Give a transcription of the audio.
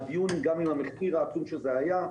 גם עם המחיר העצום שזה היה,